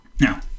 Now